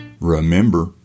Remember